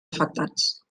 afectats